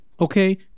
okay